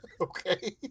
okay